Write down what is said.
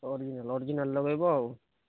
original original ଲଗେଇବ ଆଉ